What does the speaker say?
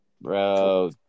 Bro